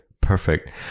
perfect